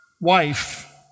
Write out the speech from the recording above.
wife